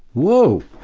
whoa!